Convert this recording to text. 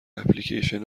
اپلیکیشن